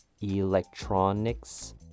electronics